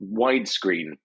widescreen